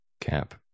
Cap